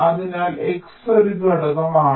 അതിനാൽ X ഒരു ഘടകമാണ്